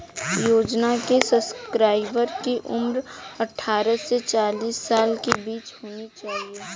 योजना के सब्सक्राइबर की उम्र अट्ठारह से चालीस साल के बीच होनी चाहिए